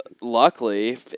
luckily